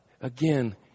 again